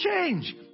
change